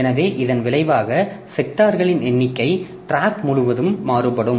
எனவே இதன் விளைவாக செக்டார்களின் எண்ணிக்கை டிராக் முழுவதும் மாறுபடும்